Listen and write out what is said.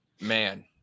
Man